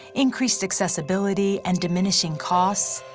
increased accessibility and diminishing cost,